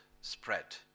spread